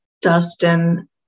Dustin